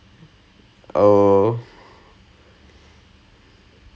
and they just and they were like I don't know if I'm ready to get